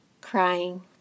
Crying